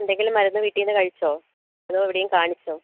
എന്തെങ്കിലും മരുന്ന് വീട്ടിൽ നിന്ന് കഴിച്ചോ അതോ എവിടെങ്കിലും കാണിച്ചോ